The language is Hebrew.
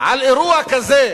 על אירוע כזה,